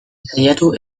saiatu